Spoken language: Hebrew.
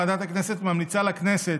ועדת הכנסת ממליצה לכנסת,